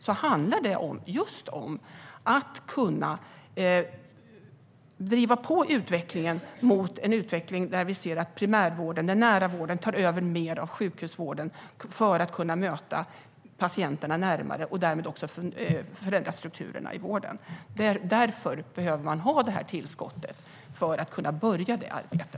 Det handlar om att driva på en utveckling där primärvården, den nära vården, tar över mer av sjukhusvården för att kunna möta patienterna närmare och därmed förändra strukturerna i vården. Tillskottet behövs för att kunna påbörja detta arbete.